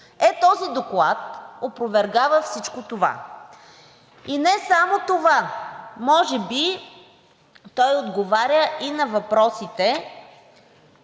Е, този доклад опровергава всичко това, и не само това. Може би той отговаря и на въпросите